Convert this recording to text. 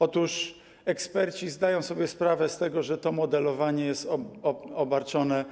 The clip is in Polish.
Otóż eksperci zdają sobie sprawę z tego, że to modelowanie jest obarczone